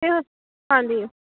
ਅਤੇ ਹਾਂਜੀ